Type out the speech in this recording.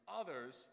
others